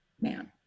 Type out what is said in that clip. man